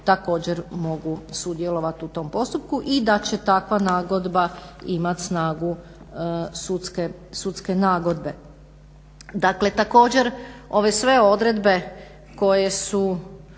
također mogu sudjelovati u tom postupku i da će takva nagodba imati snagu sudske nagodbe. Dakle, također ove sve odredbe koje su